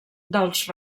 dels